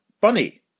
Bunny